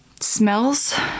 Smells